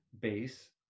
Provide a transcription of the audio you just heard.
base